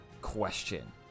question